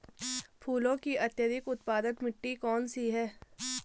फूलों की अत्यधिक उत्पादन मिट्टी कौन सी है?